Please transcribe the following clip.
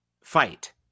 fight